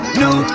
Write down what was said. new